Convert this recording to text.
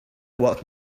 what